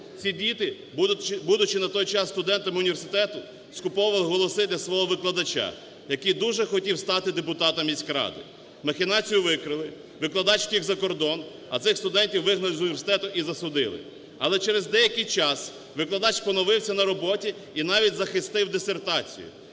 Ці діти, будучи на той час студентами університету, скуповували голоси для свого викладача ,який дуже хотів стати депутатом міськради. Махінацію викрили, викладач втік за кордон, а цих студентів вигнали з університету і засудили. Але через деякий час викладач поновився на роботі і навіть захистив дисертацію.